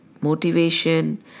motivation